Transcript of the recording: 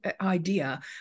idea